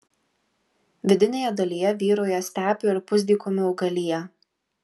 vidinėje dalyje vyrauja stepių ir pusdykumių augalija